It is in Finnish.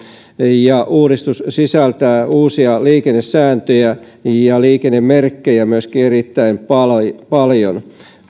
ja uudistus sisältää uusia liikennesääntöjä ja liikennemerkkejä erittäin paljon paljon